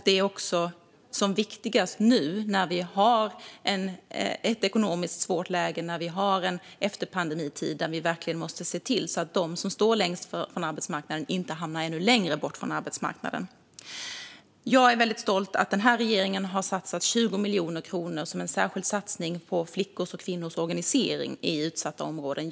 Det är också som viktigast nu när vi har ett svårt ekonomiskt läge och en efterpandemitid att vi verkligen ser till att de som står längst från arbetsmarknaden inte hamnar ännu längre bort från arbetsmarknaden. Jag är stolt över att den här regeringen har satsat 20 miljoner kronor som en särskild satsning på flickors och kvinnors organisering i utsatta områden.